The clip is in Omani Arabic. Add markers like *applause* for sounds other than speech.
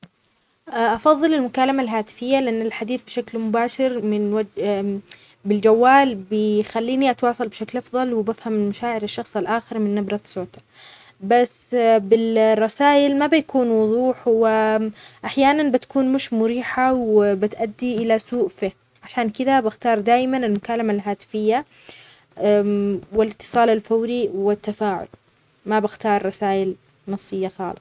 أفظل المكالمة الهاتفية لأن الحديث بشكل مباشر *hesitation* بالجوال بيخليني أتواصل بشكل أفظل وبفهم مشاعر الشخص الآخر من نبرة صوتة، بس بالرسائل ما بيكون وظوح وأحياناً تكون مش مريحة وبتأدي إلى سوء فهم، عشان كذا أختار دائماً المكالمة الهاتفية *hesitation* والإتصال الفوري والتفاعل، ما باختار الرسائل النصية خالص.